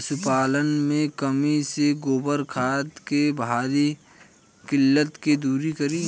पशुपालन मे कमी से गोबर खाद के भारी किल्लत के दुरी करी?